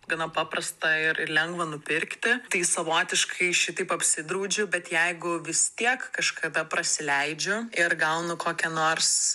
gana paprasta ir lengva nupirkti tai savotiškai šitaip apsidraudžiu bet jeigu vis tiek kažkada prasileidžiu ir gaunu kokią nors